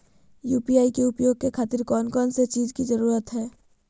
UPI के उपयोग के खातिर कौन कौन चीज के जरूरत है?